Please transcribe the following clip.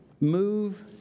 move